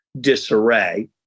disarray